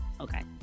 Okay